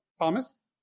Thomas